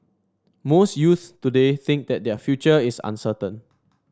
most youths today think that their future is uncertain